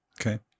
Okay